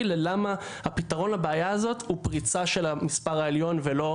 ללמה הפתרון לבעיה הזאת הוא פריצה של המספר העליון ולא,